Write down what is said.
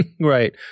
Right